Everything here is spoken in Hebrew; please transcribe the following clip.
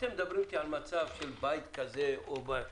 אתם מדברים על מצב של בית כזה או אחר.